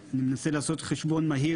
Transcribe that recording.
אני מנסה לעשות חשבון מהיר,